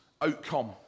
outcome